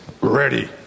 ready